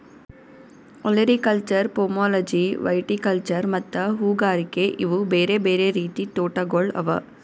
olericulture, pomology, viticulture ಮತ್ತ ಹೂಗಾರಿಕೆ ಇವು ಬೇರೆ ಬೇರೆ ರೀತಿದ್ ತೋಟಗೊಳ್ ಅವಾ